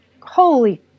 holy